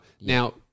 now